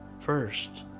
First